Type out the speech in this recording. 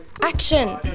Action